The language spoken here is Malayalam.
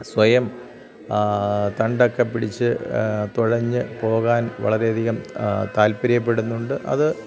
സ്വയം തണ്ടൊക്കെ പിടിച്ച് തൊഴഞ്ഞ് പോകാൻ വളരെയധികം താല്പര്യപ്പെടുന്നുണ്ട് അത്